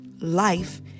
life